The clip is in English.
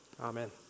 Amen